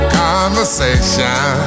conversation